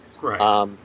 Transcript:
Right